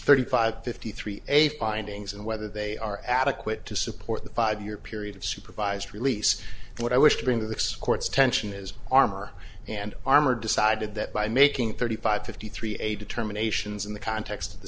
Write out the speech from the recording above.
thirty five fifty three a findings and whether they are adequate to support the five year period of supervised release what i wish to bring the next court's tension is armor and armored decided that by making thirty five fifty three a determinations in the context of the